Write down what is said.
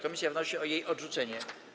Komisja wnosi o jej odrzucenie.